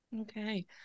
Okay